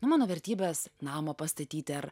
nu mano vertybės namą pastatyti ar